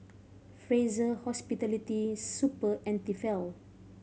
Fraser Hospitality Super and Tefal